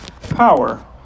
power